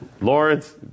Lawrence